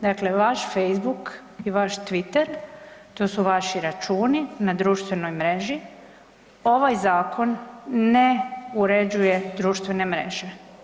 Dakle, vaš FAcebook i vaš Twitter to su vaši računi na društvenoj mreži, ovaj zakon ne uređuje društvene mreže.